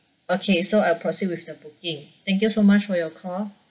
okay so I'll proceed with the booking thank you so much for your call